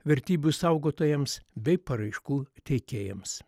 vertybių saugotojams bei paraiškų teikėjams